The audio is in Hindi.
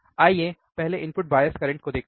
आइए पहले इनपुट बायस करंट को देखते हैं